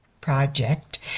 project